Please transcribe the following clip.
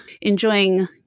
enjoying